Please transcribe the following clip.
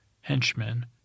henchmen